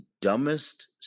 dumbest